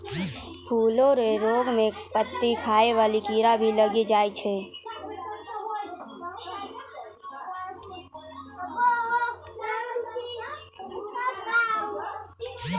फूलो रो रोग मे पत्ती खाय वाला कीड़ा भी लागी जाय छै